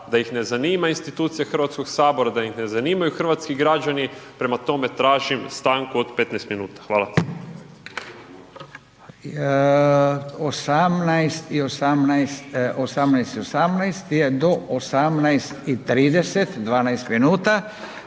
da ih ne zanima institucija Hrvatskog sabora, da ih ne zanimaju hrvatski građani, prema tome tražim stanku od 15 minuta. Hvala. **Radin, Furio